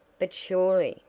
but surely,